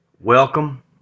welcome